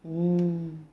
mm